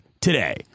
today